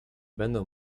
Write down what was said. będą